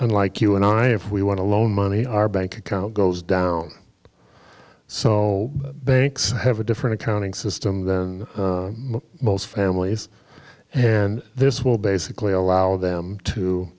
unlike you and i if we want to loan money our bank account goes down so banks have a different accounting system than most families and this will basically allow them